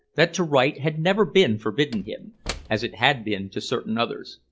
that to write had never been forbidden him as it had been to certain others.